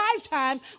lifetime